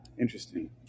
interesting